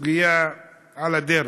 סוגיה על הדרך.